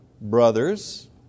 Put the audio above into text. brothers